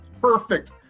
Perfect